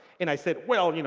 and i said, well, you know,